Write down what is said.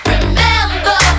Remember